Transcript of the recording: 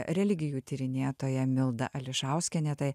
religijų tyrinėtoja milda ališauskienė tai